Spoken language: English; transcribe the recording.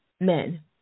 men